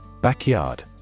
Backyard